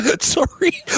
Sorry